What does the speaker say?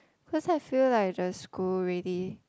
cause I feel like just school already